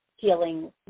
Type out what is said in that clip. feeling